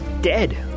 Dead